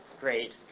great